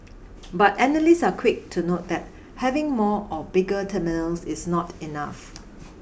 but analysts are quick to note that having more or bigger terminals is not enough